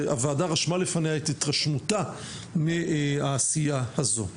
והוועדה רשמה לפניה את התרשמותה מהעשייה הזו.